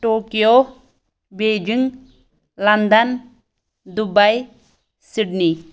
Tokyo Beijing London Dubai Sydney